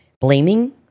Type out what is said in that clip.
blaming